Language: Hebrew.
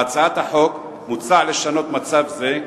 בהצעת החוק מוצע לשנות מצב זה,